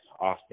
often